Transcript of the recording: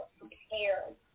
prepared